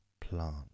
plant